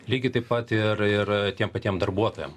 lygiai taip pat ir ir tiem patiem darbuotojam